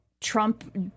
Trump